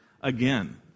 again